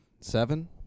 Seven